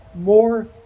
more